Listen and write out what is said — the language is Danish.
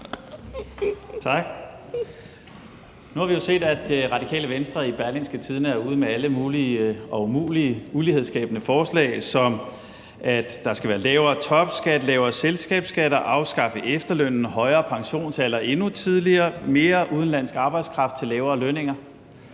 Nu har vi jo set, at Radikale Venstre i Berlingske er ude med alle mulige og umulige ulighedsskabende forslag, som at der skal være lavere topskat, lavere selskabsskat, afskaffelse af efterlønnen, højere pensionsalder endnu tidligere og mere udenlandsk arbejdskraft til lavere lønninger.